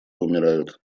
умирают